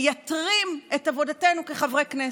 מייתרים את עבודתנו כחברי כנסת,